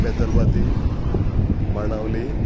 Betalbatim Benaulim